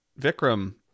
Vikram